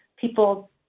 people